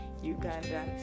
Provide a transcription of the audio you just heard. Uganda